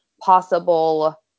possible